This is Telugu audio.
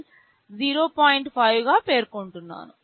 5 గా పేర్కొంటున్నాను